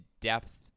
depth